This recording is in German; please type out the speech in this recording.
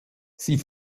sie